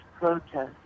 protests